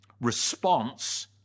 Response